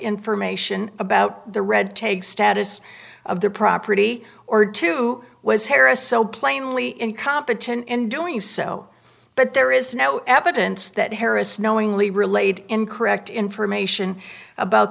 information about the red tag status of the property or to was harris so plainly incompetent in doing so but there is no evidence that harris knowingly relayed incorrect information about